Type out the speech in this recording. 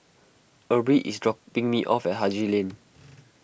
Erby is dropping me off at Haji Lane